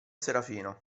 serafino